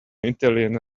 italian